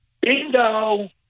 Bingo